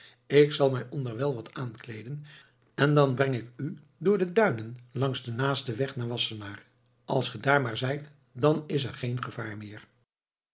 ik zal mij onderwijl wat aankleeden en dan breng ik u door de duinen langs den naasten weg naar wassenaar als ge daar maar zijt dan is er geen gevaar meer